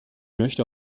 möchte